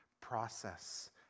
process